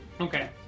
Okay